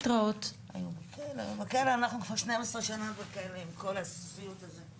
אנחנו כבר 12 שנה בכלא עם כל הסיוט הזה.